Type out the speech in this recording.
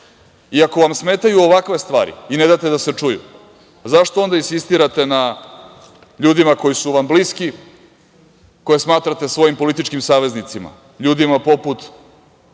tom. Ako vam smetaju ovakve stvari i ne date da se čuju, zašto onda insistirate na ljudima koji su vam bliski, koje smatrate svojim političkim saveznicima, ljudima poput